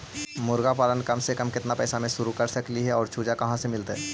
मरगा पालन कम से कम केतना पैसा में शुरू कर सकली हे और चुजा कहा से मिलतै?